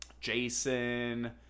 jason